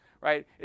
right